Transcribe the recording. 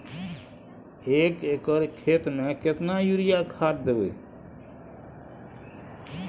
एक एकर खेत मे केतना यूरिया खाद दैबे?